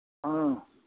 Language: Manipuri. ꯑ